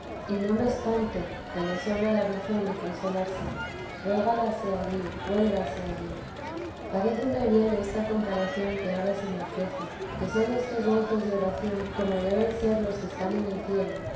la santa madke espanto que le sobra la razón de consolarse regálase allí huélgase allí paréceme bien esta comparación que ahora se me ofrece que son estos gozos de oración como deben ser los que están en el cielo